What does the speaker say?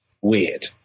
weird